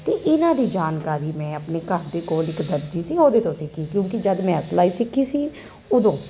ਤੇ ਇਹਨਾਂ ਦੀ ਜਾਣਕਾਰੀ ਮੈਂ ਆਪਣੇ ਘਰ ਦੇ ਕੋਲ ਇੱਕ ਦਰਜ਼ੀ ਸੀ ਉਹਦੇ ਤੋਂ ਸਿੱਖੀ ਕਿਉਂਕਿ ਜਦ ਮੈਂ ਐ ਸਿਲਾਈ ਸਿੱਖੀ ਸੀ ਉਦੋਂ